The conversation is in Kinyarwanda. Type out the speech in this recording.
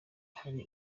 hari